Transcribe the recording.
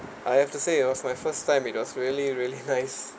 I have to say it was my first time it was really really nice